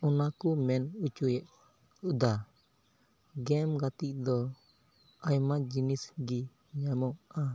ᱚᱱᱟ ᱠᱚ ᱢᱮᱱ ᱦᱚᱪᱚᱭᱮᱫᱟ ᱜᱮᱢ ᱜᱟᱛᱮᱜ ᱫᱚ ᱟᱭᱢᱟ ᱡᱤᱱᱤᱥ ᱜᱮ ᱧᱟᱢᱚᱜᱼᱟ